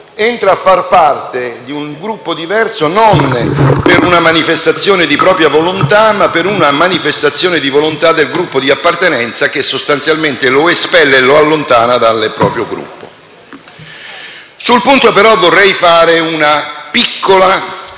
entra a far parte di un Gruppo diverso non per una manifestazione di propria volontà ma per una manifestazione di volontà del Gruppo di appartenenza, che sostanzialmente lo espelle e lo allontana. Sul punto però vorrei fare una piccola